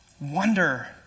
wonder